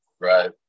Right